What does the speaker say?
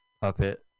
Puppet